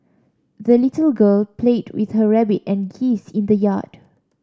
the little girl played with her rabbit and geese in the yard